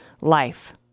life